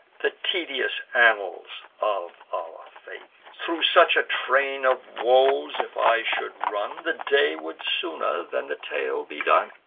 the tedious annals of our fate! thro' such a train of woes if i should run, the day would sooner than the tale be done!